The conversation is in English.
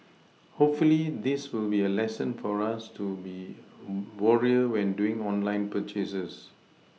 hopefully this will be a lesson for us to be warier when doing online purchases